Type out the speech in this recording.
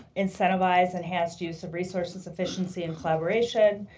incentivize enhanced use of resources, efficiency and collaboration,